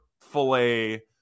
filet